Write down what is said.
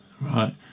Right